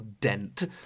dent